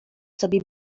sobie